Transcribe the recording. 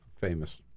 famous